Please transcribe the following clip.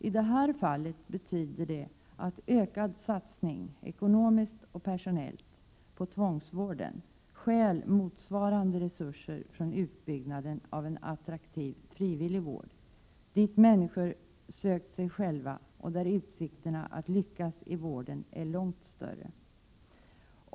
I det här fallet betyder det att ökad satsning — ekonomiskt och personellt — på tvångsvården stjäl motsvarande resurser från utbyggnaden av en attraktiv frivillig vård, dit människor söker sig själva och där utsikterna att lyckas i vården är långt större.